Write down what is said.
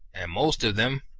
and most of them,